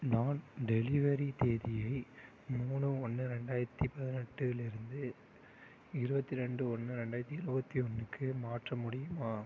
நான் டெலிவரி தேதியை மூணு ஒன்று ரெண்டாயிரத்து பதினெட்டிலிருந்து இருபத்தி ரெண்டு ஒன்று ரெண்டாயிரத்து இருபத்தி ஒன்றுக்கு மாற்ற முடியுமா